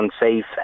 unsafe